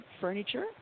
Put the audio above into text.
furniture